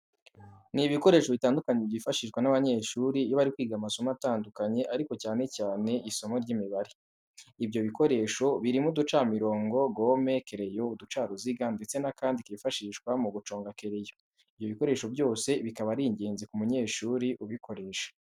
Ni ibikoresho bitandukanye byifashishwa n'abanyeshuri iyo bari kwiga amasomo atandukanye ariko cyane cyane isimo ry'Imibare. ibyo bikoresho birimo uducamirongo, gome, kereyo, uducaruziga ndetse n'akandi kifashishwa mu guconga kereyo. Ibyo bikoresho byose bikaba ari ingenzi ku munyeshuri ubukoresha.